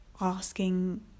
asking